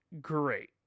great